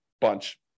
bunch